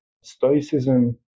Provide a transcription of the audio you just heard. Stoicism